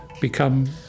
become